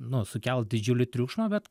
nu sukels didžiulį triukšmą bet